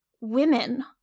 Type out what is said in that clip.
women